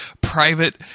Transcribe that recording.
private